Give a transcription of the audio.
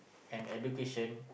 an education